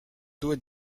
dois